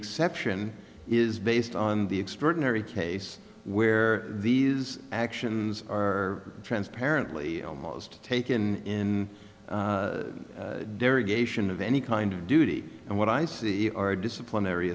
exception is based on the extraordinary case where these actions are transparently almost take in derogation of any kind of duty and what i see are disciplinary